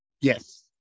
Yes